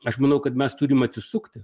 aš manau kad mes turim atsisukti